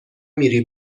میری